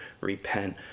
repent